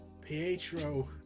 Pietro